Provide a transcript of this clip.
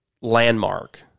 landmark